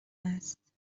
است